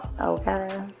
Okay